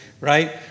right